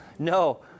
No